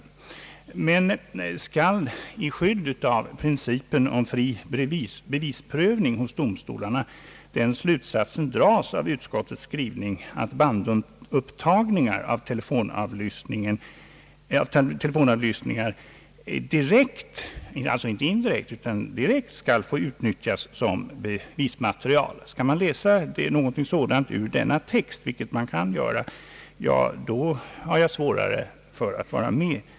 Skall emellertid i skyddet av principen om fri bevisprövning hos domstolarna den slutsatsen dras av utskottets skrivning att bandupptagningar av telefonavlyssningar direkt — alltså inte indirekt — skall få utnyttjas som bevismaterial? Skall man läsa ut någonting sådant ur denna text, vilket man kan göra, har jag svårare att vara med.